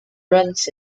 runs